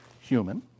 human